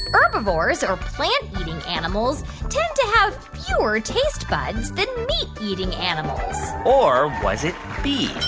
herbivores or plant-eating animals tend to have fewer taste buds than meat-eating animals? or was it b,